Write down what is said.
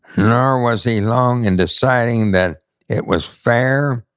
nor was he long in deciding that it was fair,